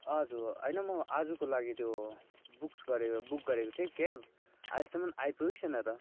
आज होइन म आजको लागि त्यो बुक्स गरेको बुक गरेको थिएँ क्याब अहिलेसम्म आइपुगेको छैन त